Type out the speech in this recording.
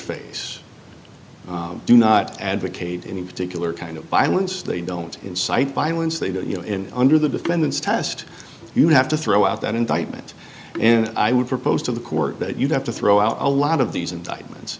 face do not advocate any particular kind of violence they don't incite violence they go you know in under the defendant's test you have to throw out that indictment and i would propose to the court that you have to throw out a lot of these indictment